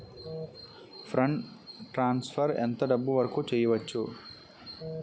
Fund transfer ఎంత డబ్బు వరుకు చేయవచ్చు?